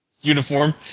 uniform